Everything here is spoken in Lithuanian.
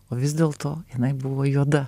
o vis dėlto jinai buvo juoda